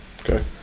Okay